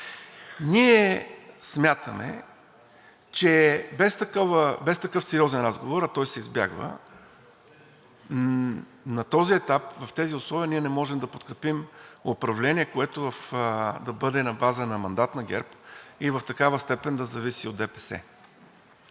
Ние смятаме, че без такъв сериозен разговор, а той се избягва, на този етап, в тези условия не можем да подкрепим управление, което да бъде на база на мандат на ГЕРБ и в такава степен да зависи от ДПС.